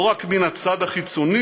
לא רק מן הצד החיצוני